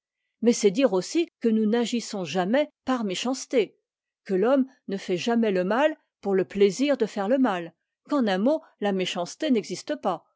mais c'est dire aussi que nous n'agissons jamais par méchanceté que l'homme ne fait jamais le mal pour le plaisir de faire le mal qu'en un mot la méchanceté n'existe pas